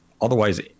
otherwise